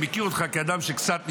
אני מכיר אותך כאדם שקצת מתמצא.